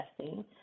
testing